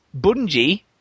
Bungie